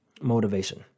motivation